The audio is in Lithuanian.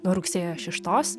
nuo rugsėjo šeštos